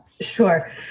sure